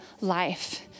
life